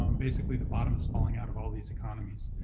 um basically, the bottoms falling out of all these economies,